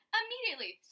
immediately